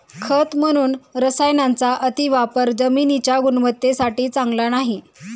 खत म्हणून रसायनांचा अतिवापर जमिनीच्या गुणवत्तेसाठी चांगला नाही